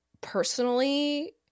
personally